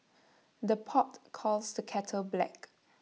the pot calls the kettle black